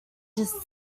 just